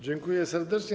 Dziękuję serdecznie.